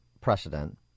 precedent